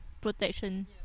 Protection